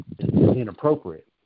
inappropriate